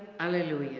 alleluia!